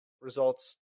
results